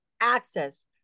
access